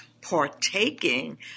partaking